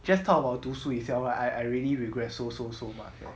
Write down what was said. just talk about 读书 itself I I really regret so so so much that